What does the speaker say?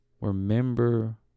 remember